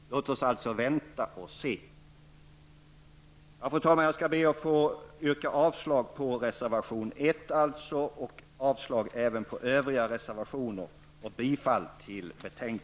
Låt oss alltså vänta och se. Fru talman! Jag yrkar alltså avslag på reservation nr